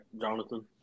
Jonathan